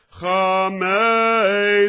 Chamei